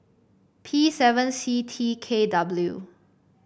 P seven C T K W